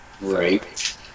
Right